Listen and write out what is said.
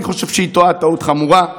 ואני חושב שהיא טועה טעות חמורה,